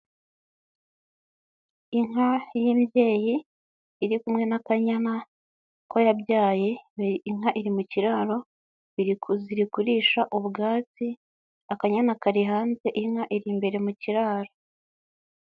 Inka y'imbyeyi iri kumwe n'akanyana ko yabyaye, inka iri mu kiraro iri kurigurisha ubwatsi, akanyana kari hanze inka iri imbere mu kiraro.